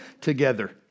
together